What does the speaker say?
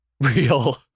Real